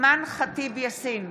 אימאן ח'טיב יאסין,